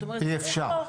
אי אפשר.